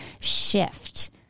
shift